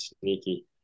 sneaky